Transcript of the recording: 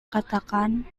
katakan